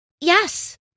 Yes